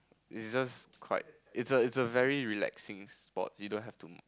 is just quite it's a it's a very relaxing sports you don't have to